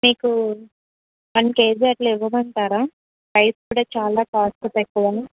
మీకు one kg అలా ఇవ్వమంటారా ప్రైస్ కూడా చాలా కాస్ట్ తక్కువ